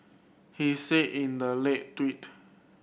he said in the late tweet